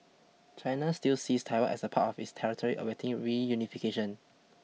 China still sees Taiwan as part of its territory awaiting reunification